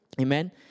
Amen